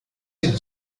with